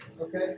Okay